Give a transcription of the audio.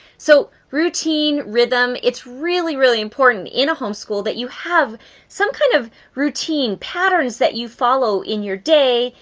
so routine rhythm, it's really, really important in a homeschool that you have some kind of routine patterns that you follow in your day,